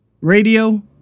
radio